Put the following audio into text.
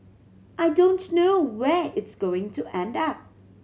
I don't know where it's going to end up